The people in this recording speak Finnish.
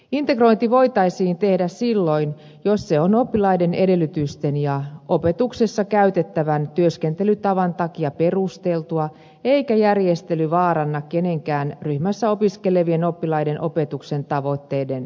integrointi voitaisiin tehdä silloin jos se on oppilaiden edellytysten ja opetuksessa käytettävän työskentelytavan takia perusteltua eikä järjestely vaaranna kenenkään ryhmässä opiskelevan oppilaan opetuksen tavoitteiden saavuttamista